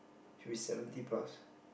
should be seventy plus